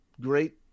great